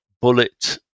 bullet